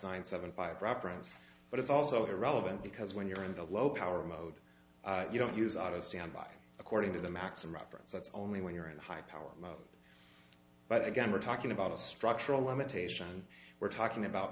science seventy five reference but it's also the relevant because when you're in the low power mode you don't use auto standby according to the maxim reference that's only when you're in a high powered but again we're talking about a structural limitation we're talking about